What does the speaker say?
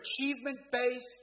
achievement-based